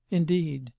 indeed,